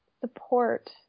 support